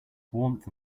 warmth